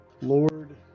Lord